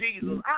Jesus